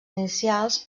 inicials